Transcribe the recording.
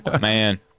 Man